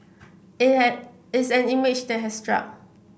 it's an it's an image that has stuck